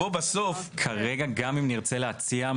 כרגע גם אם נרצה להציע,